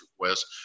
request